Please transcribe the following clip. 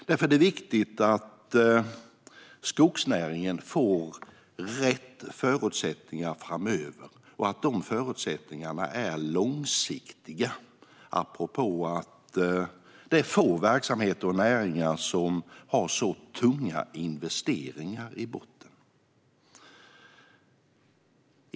Därför är det viktigt att skogsnäringen får rätt förutsättningar framöver och att de förutsättningarna är långsiktiga, apropå att det är få verksamheter och näringar som har så tunga investeringar i botten.